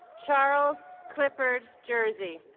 charles clifford jersey